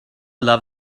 love